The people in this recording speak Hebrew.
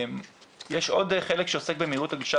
יש עוד חלק שעוסק במהירות הגלישה,